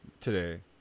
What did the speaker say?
today